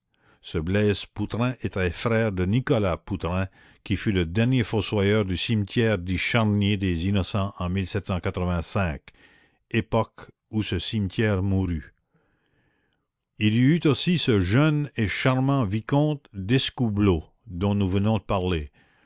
ce blaise poutrain était frère de nicolas poutrain qui fut le dernier fossoyeur du cimetière dit charnier des innocents en époque où ce cimetière mourut il y eut aussi ce jeune et charmant vicomte d'escoubleau dont nous venons de parler